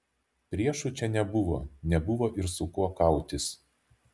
priešų čia nebuvo nebuvo ir su kuo kautis